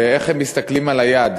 ואיך הם מסתכלים על היד